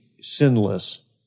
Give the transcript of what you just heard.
sinless